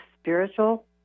spiritual